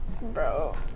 bro